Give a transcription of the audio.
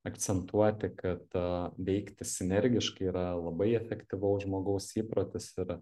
akcentuoti kad veikti sinergiškai yra labai efektyvaus žmogaus įprotis ir